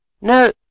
No